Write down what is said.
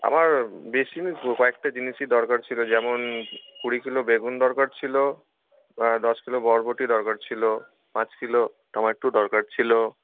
আমার বেশি কয়েকটা জিনিসই দরকার ছিল যেমন কুড়ি কিলো বেগুন দরকার ছিল দশ কিলো বরবটি দরকার ছিল পাঁচ কিলো টমাটো দরকার ছিল